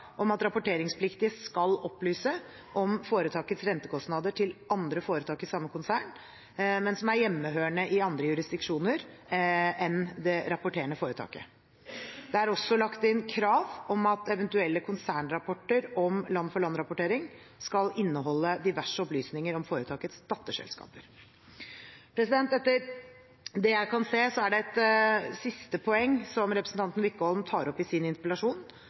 om at rapporteringspliktige skal opplyse om foretakets rentekostnader til andre foretak i samme konsern, men som er hjemmehørende i andre jurisdiksjoner enn det rapporterende foretaket. Det er også lagt inn krav om at eventuelle konsernrapporter om land-for-land-rapportering skal inneholde diverse opplysninger om foretakets datterselskaper. Etter det jeg kan se, er det et siste poeng som representanten Wickholm tar opp i sin interpellasjon,